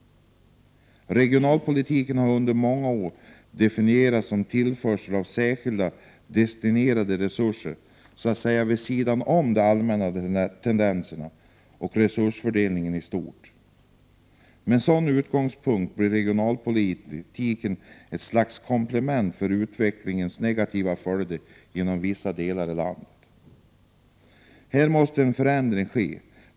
Regionalpolitiken har under många år definierats som ett medel för tillförsel av särskilt destinerade resurser så att säga vid sidan av de allmänna tendenserna och resursfördelningen i stort. Med en sådan utgångspunkt blir regionalpolitik ett slags kompensation för utvecklingens negativa följder för vissa delar av landet. Här måste en förändring ske.